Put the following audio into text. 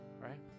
right